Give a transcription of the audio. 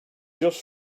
just